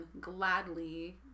gladly